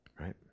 Right